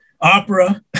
opera